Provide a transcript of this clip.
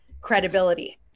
credibility